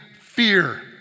fear